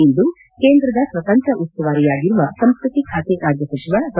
ಇಂದು ಕೇಂದ್ರದ ಸ್ವತಂತ್ರ ಉಸ್ತುವಾರಿಯಾಗಿರುವ ಸಂಸ್ಟತಿ ಖಾತೆ ರಾಜ್ಯ ಸಚಿವ ಡಾ